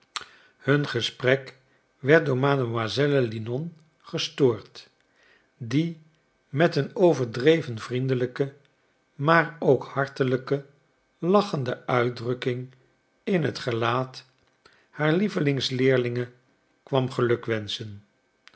hun gesprek werd door mademoiselle linon gestoord die met een overdreven vriendelijke maar ook hartelijke lachende uitdrukking in het gelaat haar lievelingsleerlinge kwam